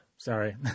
Sorry